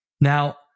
Now